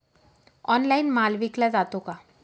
Online माल विकला जातो का?